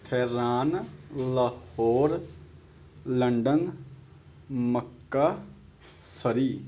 Thailand Lahore London Mecca Surrey